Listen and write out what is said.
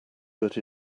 that